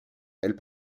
elles